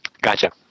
Gotcha